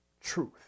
truth